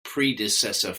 predecessor